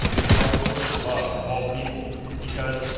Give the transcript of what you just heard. and hearts filled with love for all people because,